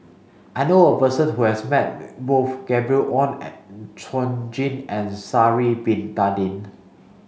I know a person who has met both Gabriel Oon Chong Jin and Sha'ari bin Tadin